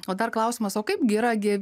o dar klausimas o kaip gi yra gi